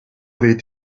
avaient